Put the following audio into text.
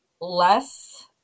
less